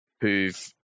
who've